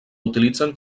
utilitzen